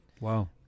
Wow